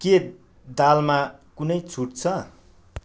के दालमा कुनै छुट छ